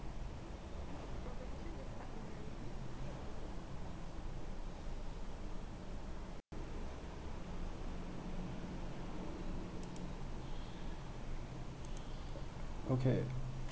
okay